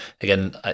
again